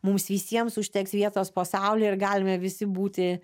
mums visiems užteks vietos po saule ir galime visi būti